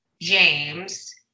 James